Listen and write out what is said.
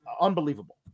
unbelievable